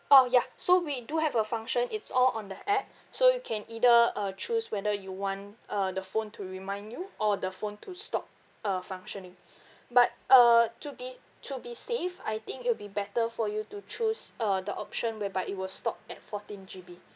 oh ya so we do have a function it's all on the app so you can either uh choose whether you want uh the phone to remind you or the phone to stop uh functioning but uh to be to be safe I think it'll be better for you to choose uh the option whereby it will stop at fourteen G_B